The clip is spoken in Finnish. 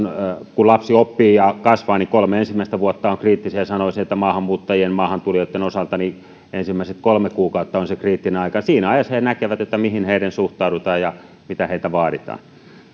kun lapsi oppii ja kasvaa niin kolme ensimmäistä vuotta ovat kriittisiä ja sanoisin että maahanmuuttajien maahantulijoitten osalta ensimmäiset kolme kuukautta on se kriittinen aika siinä ajassa he näkevät miten heihin suhtaudutaan ja mitä heiltä vaaditaan